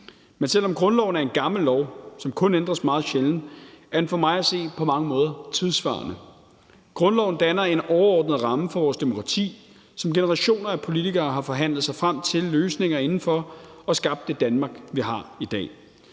Men selv om grundloven er en gammel lov, som kun ændres meget sjældent, er den for mig at se på mange måder tidssvarende. Grundloven danner en overordnet ramme for vores demokrati, som generationer af politikere har forhandlet sig frem til løsninger inden for, og som har skabt det Danmark, vi har i dag.